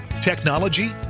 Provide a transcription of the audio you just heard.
technology